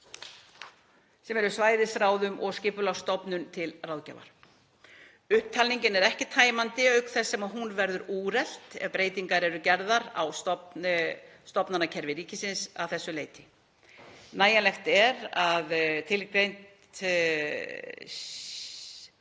sem eru svæðisráðum og Skipulagsstofnun til ráðgjafar. Upptalningin er ekki tæmandi auk þess sem hún verður úrelt ef breytingar eru gerðar á stofnanakerfi ríkisins að þessu leyti. Nægjanlegt er að tilgreina að